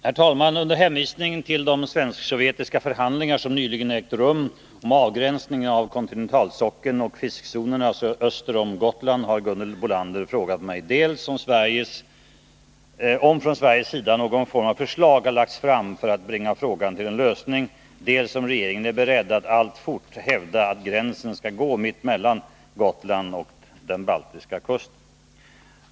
Herr talman! Under hänvisning till de svensk-sovjetiska förhandlingar som nyligen ägt rum om avgränsningen av kontinentalsockeln och fiskezonerna öster om Gotland har Gunhild Bolander frågat mig dels om från Sveriges sida någon form av förslag har lagts fram för att bringa frågan till en lösning, dels om regeringen är beredd att alltfort hävda att gränsen skall gå mitt emellan Gotland och den baltiska kusten.